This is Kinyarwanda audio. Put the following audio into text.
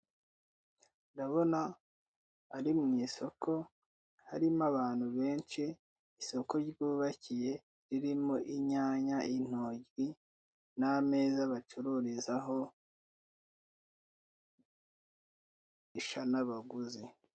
Ndabona ari mu isoko harimo abantu benshi, isoko ryubakiye ririmo inyanya, intoryi n'ameza bacururizaho, isha n'abaguzi.